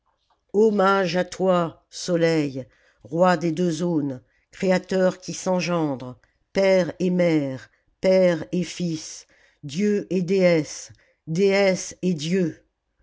hommage à toi soleil roi des deux zones créateur qui s'engendre père et mère père et fils dieu et déesse déesse et dieu